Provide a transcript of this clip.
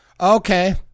Okay